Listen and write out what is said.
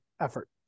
effort